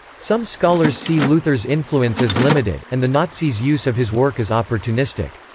some scholars see luther's influence as limited, and the nazis' use of his work as opportunistic.